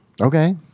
Okay